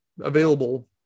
available